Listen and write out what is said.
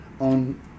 on